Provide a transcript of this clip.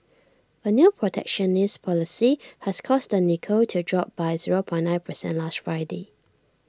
A new protectionist policy has caused the Nikkei to drop by zero point nine percent last Friday